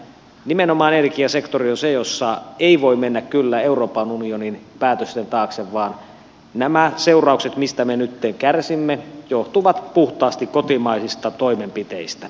nimenomaan energiasektori on se jossa ei voi mennä kyllä euroopan unionin päätösten taakse vaan nämä seuraukset mistä me nytten kärsimme johtuvat puhtaasti kotimaisista toimenpiteistä